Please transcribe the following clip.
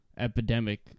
epidemic